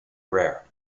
rare